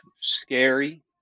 scary